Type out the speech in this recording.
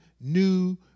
new